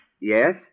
Yes